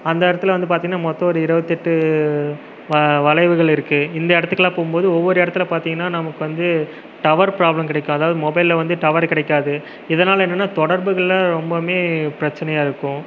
அந்த இடத்துல வந்து பார்த்திங்னா மொத்தம் ஒரு இருபத்தெட்டு வ வளைவுகள் இருக்கு இந்த இடத்துக்குலாம் போம்போது ஒவ்வொரு இடத்துல பார்த்திங்கனா நமக்கு வந்து டவர் ப்ராப்லம் கிடைக்கும் அதாவது மொபைலில் வந்து டவரு கிடைக்காது இதனால் என்னன்னா தொடர்புகள்ல ரொம்பவுமே பிரச்சனையாக இருக்கும்